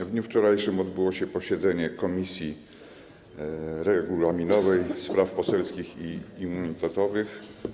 W dniu wczorajszym odbyło się posiedzenie Komisji Regulaminowej, Spraw Poselskich i Immunitetowych.